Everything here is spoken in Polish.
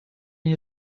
nie